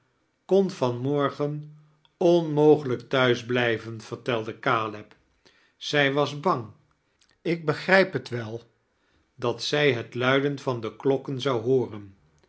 kon van morgen onmogelijk thuis blijven veirtelde caleb zij was bang ik begrijp het wel dat zij liet luiden van de klokken zou hooren